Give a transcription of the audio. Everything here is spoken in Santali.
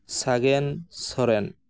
ᱥᱟᱜᱮᱱ ᱥᱚᱨᱮᱱ